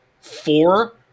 four